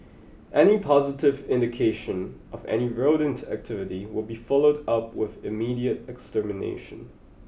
any positive indication of any rodent activity will be followed up with immediate extermination